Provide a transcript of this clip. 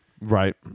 Right